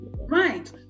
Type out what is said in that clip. Right